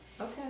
Okay